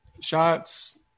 shots